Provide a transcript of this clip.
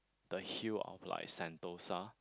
the hill of like sentosa